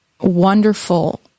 wonderful